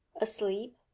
asleep